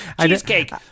Cheesecake